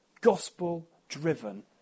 gospel-driven